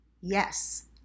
Yes